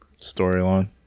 Storyline